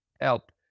help